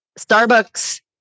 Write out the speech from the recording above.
Starbucks